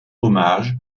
hommage